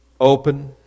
open